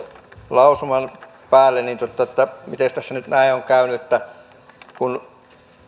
lausuman päälle että mites tässä nyt näin on käynyt kun